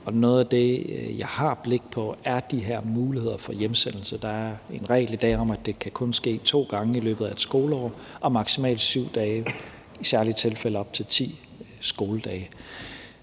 Noget af det, jeg har blik på, er de her muligheder for hjemsendelse. Der er en regel i dag om, at det kun kan ske to gange i løbet af et skoleår i maksimalt 7 dage, i særlige tilfælde i op til 10 skoledage.